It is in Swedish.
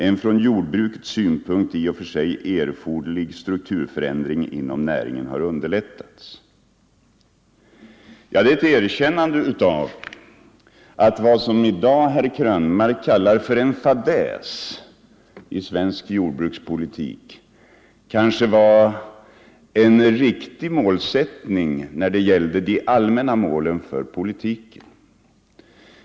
En från jordbrukets synpunkt i och för sig erforderlig strukturförändring inom näringen har underlättats.” Det är ett erkännande av att vad herr Krönmark i dag kallar för en fadäs i svensk jordbrukspolitik kanske var en riktig allmän målsättning för den politiken.